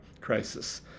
crisis